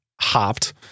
hopped